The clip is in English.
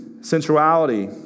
sensuality